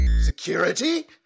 Security